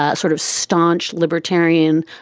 ah sort of staunch libertarian,